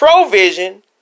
provision